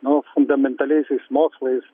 nu fundamentaliaisiais mokslais